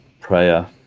prayer